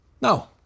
No